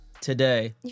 today